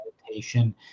meditation